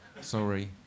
sorry